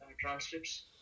transcripts